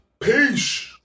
Peace